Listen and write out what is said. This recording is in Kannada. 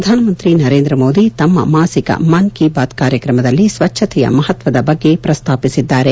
ಪ್ರಧಾನಮಂತ್ರಿ ನರೇಂದ್ರ ಮೋದಿ ತಮ್ನ ಮಾಸಿಕ ಮನ್ ಕಿ ಬಾತ್ ಕಾರ್ಯಕ್ರಮದಲ್ಲಿ ಸ್ವಚ್ದತೆಯ ಮಹತ್ವದ ಬಗ್ಗೆ ಪ್ರಸ್ತಾಪಿಸಿದ್ದಾರೆ